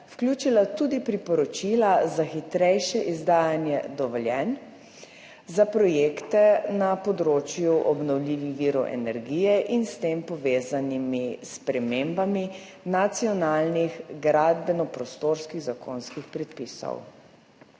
vključila tudi priporočila za hitrejše izdajanje dovoljenj za projekte na področju obnovljivih virov energije in s tem povezanimi spremembami nacionalnih gradbeno-prostorskih zakonskih predpisov.